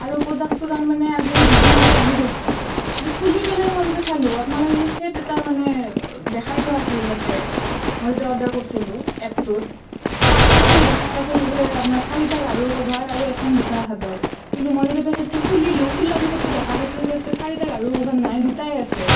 আৰু প্ৰ'ডাক্টটো তাৰমানে আজি দুদিন আগতে আহি পাইছে কিন্তু খুলি পেলাই মই যেতিয়া চালোঁ আপোনালোকে যিটো চেট এটা মানে দেখাই থোৱা আছিল তাতে মই যেতিয়া অৰ্ডাৰ কৰিছিলোঁ এপটোত তাতেতো দেখাই আছিল যে আপোনাৰ চাৰিটা গাৰুৰ ক'ভাৰ আৰু এখন বিছনা চাদৰ কিন্তু মই যেতিয়া পেকেটটো খুলিলোঁ খোলাৰ পিছততো দেখা পাইছোঁ যে চাৰিটা গাৰুৰ ক'ভাৰ নাই দুটাই আছে